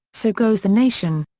so goes the nation.